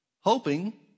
hoping